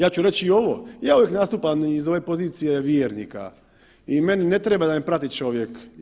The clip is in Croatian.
Ja ću reći i ovo, ja uvijek nastupam i iz ove pozicije vjernika i meni ne treba da me prati čovjek.